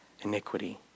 iniquity